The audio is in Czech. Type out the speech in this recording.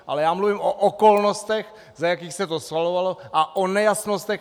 Ale já mluvím o okolnostech, za jakých se to schvalovalo, a o nejasnostech.